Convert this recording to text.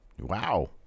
Wow